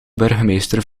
burgemeester